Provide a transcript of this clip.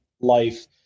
life